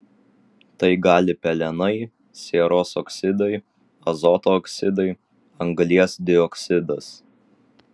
tai gali pelenai sieros oksidai azoto oksidai anglies dioksidas